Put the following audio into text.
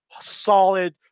solid